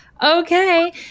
Okay